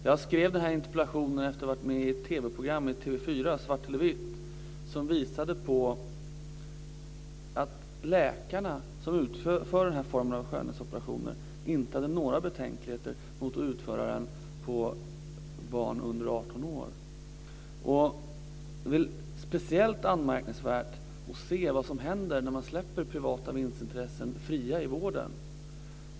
Jag skrev interpellationen efter det att jag varit med i ett TV-progran i TV 4, Svart eller vitt, som visade på att läkarna som utför den här formen av skönhetsoperationer inte hade några betänkligheter att utför dem på barn under Det är speciellt anmärkningsvärt att se vad som händer när man släpper privata vinstintressen fria i vården.